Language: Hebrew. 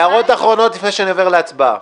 הערות אחרונות לפני הצבעה?